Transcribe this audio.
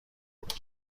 بود